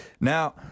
Now